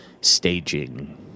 staging